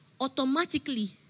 automatically